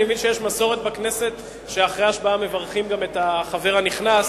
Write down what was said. אני מבין שיש מסורת בכנסת שאחרי ההשבעה מברכים גם את החבר הנכנס.